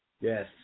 Yes